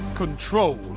control